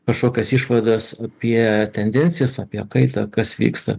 kažkokias išvadas apie tendencijas apie kaitą kas vyksta